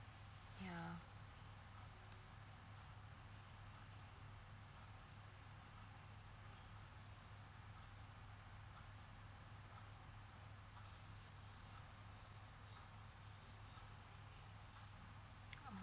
ya